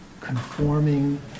conforming